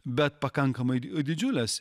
bet pakankamai didžiulės